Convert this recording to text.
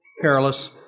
careless